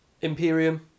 Imperium